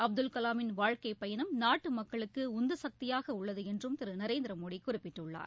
அப்துல்கலாமின் வாழ்க்கைப் பயணம் நாட்டு மக்களுக்கு உந்து சக்தியாக உள்ளது என்றும் திரு நரேந்திரமோடி குறிப்பிட்டுள்ளார்